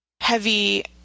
heavy